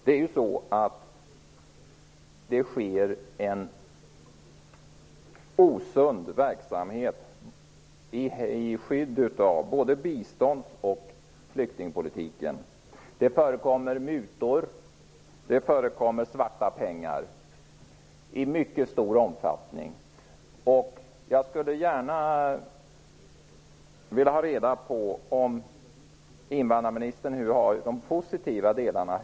Det sker en osund verksamhet i skydd av både biståndet och flyktingpolitiken. Det förekommer mutor och svarta pengar i mycket stor omfattning. Jag vill fråga invandrarministern hur det är med de positiva delarna.